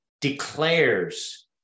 declares